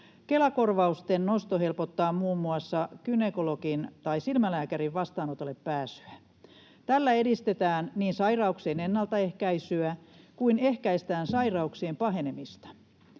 Kela-korvausten nosto helpottaa muun muassa gynekologin tai silmälääkärin vastaanotolle pääsyä. Tällä niin edistetään sairauksien ennaltaehkäisyä kuin ehkäistään sairauksien pahenemista.